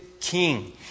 king